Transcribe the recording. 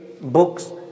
books